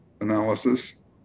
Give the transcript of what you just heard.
analysis